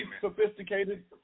sophisticated